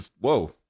Whoa